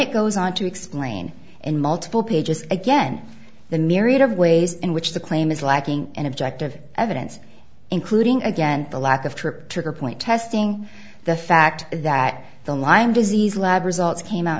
it goes on to explain in multiple pages again the myriad of ways in which the claim is lacking in objective evidence including again the lack of trip trigger point testing the fact that the lyme disease lab results came out